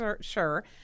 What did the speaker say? sure